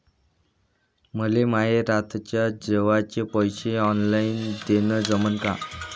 मले माये रातच्या जेवाचे पैसे ऑनलाईन देणं जमन का?